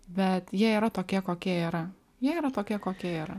bet jie yra tokie kokie yra jie yra tokie kokie yra